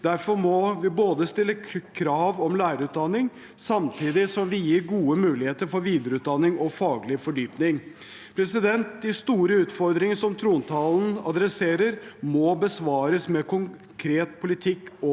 Derfor må vi stille krav om lærerutdanning samtidig som vi gir gode muligheter for videreutdanning og faglig fordypning. De store utfordringene som trontalen adresserer, må besvares med konkret politikk og